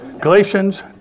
Galatians